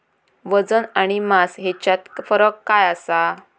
वजन आणि मास हेच्यात फरक काय आसा?